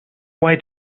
why